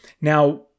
Now